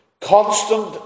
constant